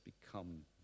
become